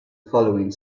following